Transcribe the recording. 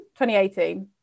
2018